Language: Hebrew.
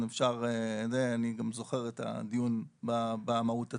אני גם זוכר את הדיון במהות עצמה.